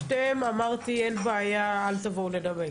אמרתי, אין בעיה, אל תבואו לדבר.